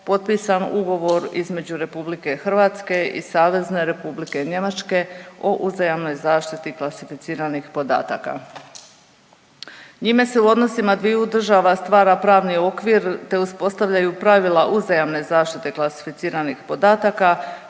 potpisan ugovor između RH i SR Njemačke o uzajamnoj zaštiti klasificiranih podataka. Njime se u odnosima dviju država stvara pravni okvir te uspostavljaju pravila uzajamne zaštite klasificiranih podataka,